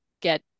get